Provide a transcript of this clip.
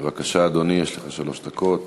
בבקשה, אדוני, יש לך שלוש דקות.